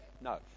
No